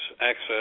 access